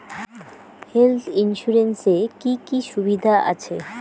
Health insurance এ কি কি সুবিধা আছে?